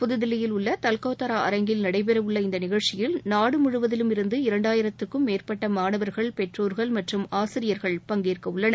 புதுதில்லியில் உள்ள தால்கத்தோரா அரங்கில் நடைபெறவுள்ள இந்த நிகழ்ச்சியில் நாடு முழுவதிலுமிருந்து இரண்டாயிரத்திற்கும் மேற்பட்ட மாணவர்கள் பெற்றோர்கள் மற்றும் ஆசிரியர்கள் பங்கேற்க உள்ளனர்